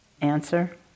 answer